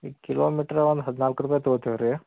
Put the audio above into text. kilometre ಒಂದು ಹದಿನಾಲ್ಕು ರೂಪಾಯಿ ತಗೋತೀವಿ ರೀ